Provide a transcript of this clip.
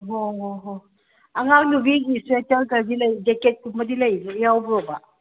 ꯍꯣ ꯍꯣ ꯍꯣ ꯑꯉꯥꯡ ꯅꯨꯕꯤꯒꯤ ꯁ꯭ꯋꯥꯦꯇꯔꯒꯗꯤ ꯖꯦꯀꯦꯠꯀꯨꯝꯕꯗꯤ ꯌꯥꯎꯕ꯭ꯔꯣꯕ